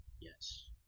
Yes